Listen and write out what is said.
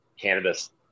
cannabis